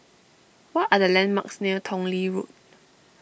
what are the landmarks near Tong Lee Road